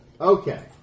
Okay